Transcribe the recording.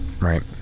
Right